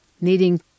needing